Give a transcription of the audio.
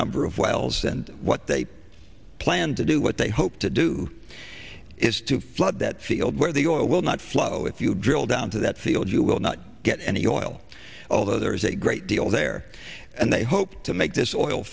number of wells and what they planned to do what they hope to do is to flood that field where the oil will not flow if you drill down to that field you will not get any oil although there is a great deal there and they hope to make this oil